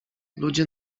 ludzie